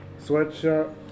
sweatshirt